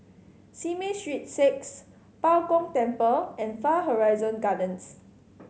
Simei Street Six Bao Gong Temple and Far Horizon Gardens